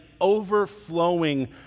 overflowing